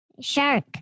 Shark